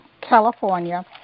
California